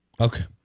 Okay